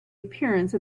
appearance